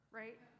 right